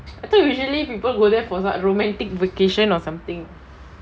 I thought usually people go there for some romantic vacation or something